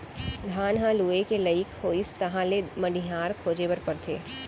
धान ह लूए के लइक होइस तहाँ ले बनिहार खोजे बर परथे